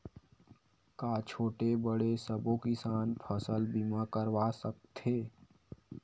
का छोटे बड़े सबो किसान फसल बीमा करवा सकथे?